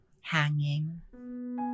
hanging